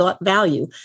value